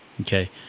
Okay